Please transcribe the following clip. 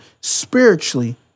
spiritually